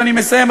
ואני מסיים,